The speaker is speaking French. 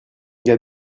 gars